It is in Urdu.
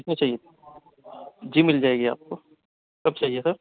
کتنا چاہیے جی مل جائے گی آپ کو کب چاہیے تھا